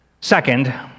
Second